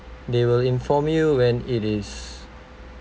they will inform you when it is